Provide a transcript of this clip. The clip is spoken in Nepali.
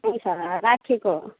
हुन्छ राखेको